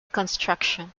construction